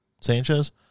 Sanchez